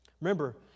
Remember